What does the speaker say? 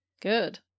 Good